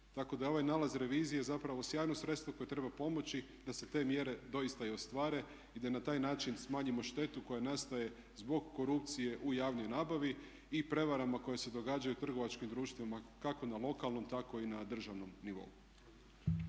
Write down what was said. tako da je ovaj nalaz revizije zapravo sjajno sredstvo koje treba pomoći da se te mjere doista i ostvare i da na taj način smanjimo štetu koja nastaje zbog korupcije u javnoj nabavi i prevarama koje se događaju, trgovačkim društvima kako na lokalnom, tako i na državnom nivou.